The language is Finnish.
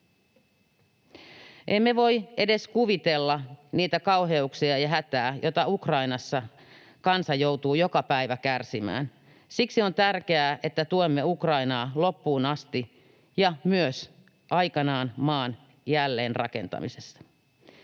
Emme voi edes kuvitella niitä kauheuksia ja sitä hätää, josta Ukrainassa kansa joutuu joka päivä kärsimään. Siksi on tärkeää, että tuemme Ukrainaa loppuun asti ja myös aikanaan maan jälleenrakentamisessa.